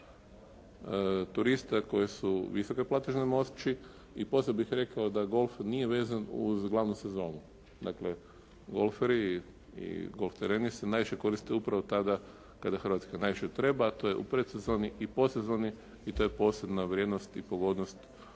turista koji su visoke platežne moći i poslije bih rekao da golf nije vezan uz glavnu sezonu. Dakle golferi i golf tereni se najviše koriste upravo tada kada Hrvatskoj najviše treba, a to je u predsezoni i posezoni i to je posebna vrijednost i pogodnost